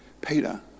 Peter